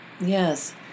yes